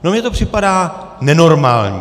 No mně to připadá nenormální.